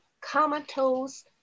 Comatose